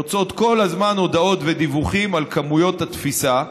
יוצאות כל הזמן הודעות ודיווחים על כמויות התפיסה,